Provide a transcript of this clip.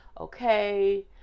okay